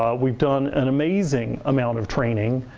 we've done an amazing amount of training.